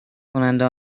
کننده